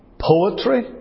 poetry